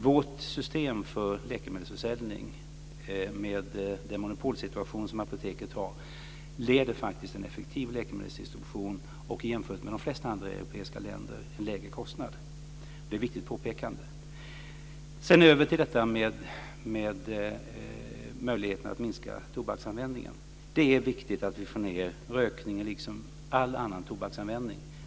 Vårt system för läkemedelsförsäljning, med den monopolsituation som apoteket har, leder faktiskt till en effektiv läkemedelsdistribution och, jämfört med de flesta andra europeiska länder, till en lägre kostnad. Det är ett viktigt påpekande. Sedan över till detta med möjligheten att minska tobaksanvändningen. Det är viktigt att vi får ned rökningen liksom all annan tobaksanvändning.